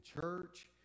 church